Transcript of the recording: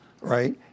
right